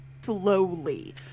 slowly